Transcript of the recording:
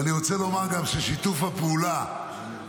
ואני רוצה לומר גם ששיתוף הפעולה בין